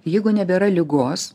jeigu nebėra ligos